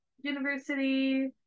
university